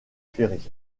ferry